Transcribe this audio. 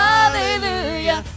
Hallelujah